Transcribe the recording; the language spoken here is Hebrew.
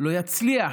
לא יצליח